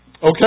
Okay